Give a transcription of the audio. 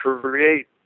create